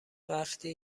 وقتی